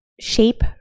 shape